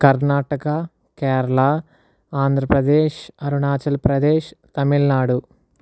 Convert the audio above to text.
Karnataka Kerala Andhra Pradesh Arunachal Pradesh Tamil Nadu